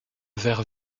vers